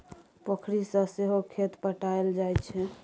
पोखरि सँ सहो खेत पटाएल जाइ छै